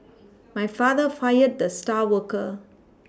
my father fired the star worker